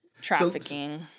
trafficking